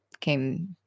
came